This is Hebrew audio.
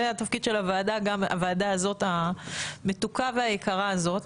זה גם התפקיד של הוועדה המתוקה והיקרה הזאת.